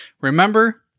Remember